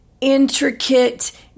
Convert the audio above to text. intricate